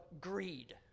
greed